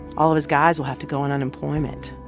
all of his guys will have to go on unemployment.